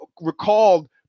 recalled